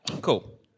Cool